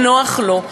ונוח לו,